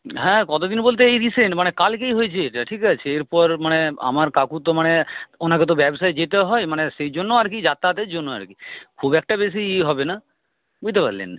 হ্যাঁ কতদিন বলতে এই রিসেন্ট মানে কালকেই হয়েছে এটা ঠিক আছে এরপর মানে আমার কাকু তো মানে ওনাকে তো ব্যবসায় যেতে হয় মানে সেইজন্য আর কি যাতায়াতের জন্য আর কি খুব একটা বেশি ইয়ে হবে না বুঝতে পারলেন